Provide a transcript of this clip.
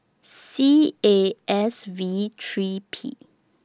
C A S V three P